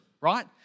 right